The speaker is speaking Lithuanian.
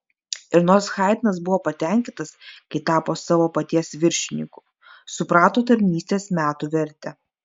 ir nors haidnas buvo patenkintas kai tapo savo paties viršininku suprato tarnystės metų vertę